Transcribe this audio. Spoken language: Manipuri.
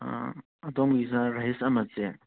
ꯑꯗꯣꯝꯒꯤ ꯏꯆꯥꯔꯥ ꯔꯍꯤꯁ ꯑꯍꯃꯠꯁꯦ